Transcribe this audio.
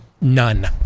none